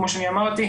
כמו שאני אמרתי,